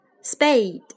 spade